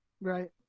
Right